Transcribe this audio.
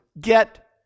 get